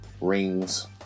rings